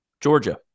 Georgia